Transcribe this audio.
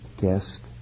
guest